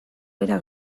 bera